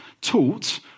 taught